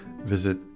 visit